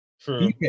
True